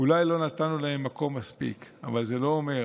אולי לא נתנו להם מקום מספיק, אבל זה לא אומר